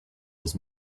his